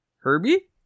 Herbie